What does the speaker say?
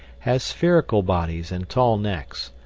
have spherical bodies and tall necks.